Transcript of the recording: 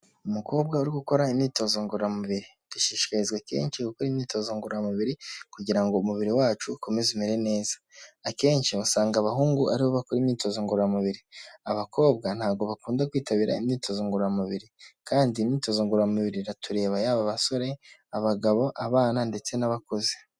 Umukobwa uri gukora imyitozo ngororamubiri dushishikarizwa kenshi gukora imyitozo ngororamubiri kugira ngo umubiri wacu ukomeze umere neza akenshi usanga abahungu aribo bakora imyitozo ngororamubiri abakobwa ntabwo bakunda kwitabira imyitozo ngororamubiri kandi imyitozo ngoramubiri iratureba yaba basore abagabo abana ndetse n'abakuze.